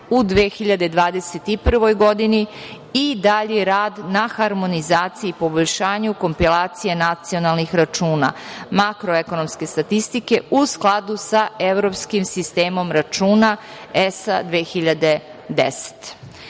u 2021. godini i dalji rad na harmonizaciji, poboljšanju kompilacije nacionalnih računa, makroekonomske statistike u skladu sa Evropskim sistemom računa ESA 2010.Za